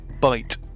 bite